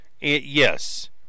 yes